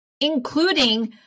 including